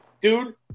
Dude